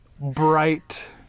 bright